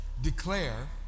declare